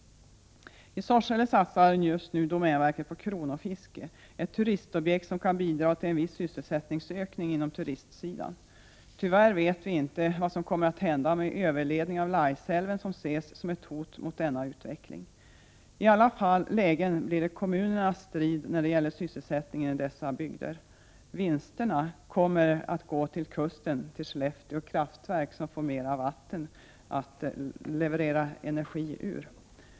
I Sorsele satsar just nu domänverket på kronofiske, ett turistobjekt som kan bidra till en viss sysselsättningsökning på turistsidan. Tyvärr vet vi inte vad som kommer att hända med överledningen av Laisälven, som ses som ett hot mot denna utveckling. I alla lägen blir det en kommunernas strid när det gäller sysselsättning i dessa bygder. Vinsterna kommer att gå till kusten, till Skellefteå Kraftverk som får mera vatten för energiproduktion.